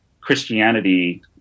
Christianity